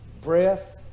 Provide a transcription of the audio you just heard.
breath